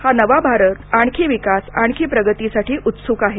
हा नवा भारत आणखी विकास आणखी प्रगतीसाठी उत्सुक आहे